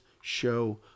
show